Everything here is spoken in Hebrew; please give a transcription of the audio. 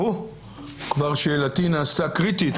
כבר שאלתי נעשתה קריטית.